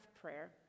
prayer